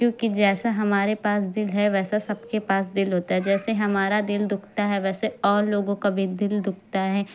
کیوںکہ جیسا ہمارے پاس دل ہے ویسا سب کے پاس دل ہوتا ہے جیسے ہمارا دل دکھتا ہے ویسے اور لوگوں کا بھی دل دکھتا ہے